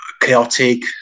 chaotic